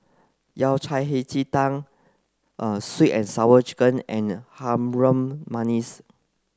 Yao Cai Hei Ji Tang sweet and sour chicken and Harum Manis